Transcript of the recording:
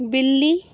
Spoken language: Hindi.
बिल्ली